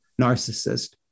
narcissist